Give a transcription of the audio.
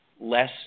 less